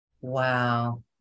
wow